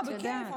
את יודעת.